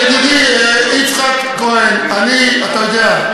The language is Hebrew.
ידידי יצחק כהן, אתה יודע,